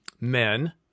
men